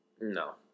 No